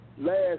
last